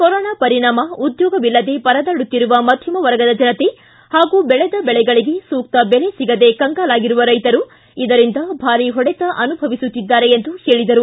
corona ಪರಿಣಾಮ ಉದ್ದೋಗ ಇಲ್ಲದೆ ಪರದಾಡುತ್ತಿರುವ ಮಧ್ದಮ ವರ್ಗದ ಜನತೆ ಪಾಗೂ ಬೆಳೆದ ಬೆಳೆಗಳಿಗೆ ಸೂಕ್ಷ ಬೆಲೆ ಸಿಗದೆ ಕಂಗಾಲಾಗಿರುವ ರೈತರು ಇದರಿಂದ ಭಾರಿ ಹೊಡೆತ ಅನುಭವಿಸುತ್ತಿದ್ದಾರೆ ಎಂದು ಹೇಳಿದರು